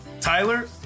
Tyler